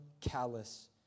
callous